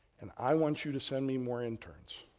and i want you to send me more interns.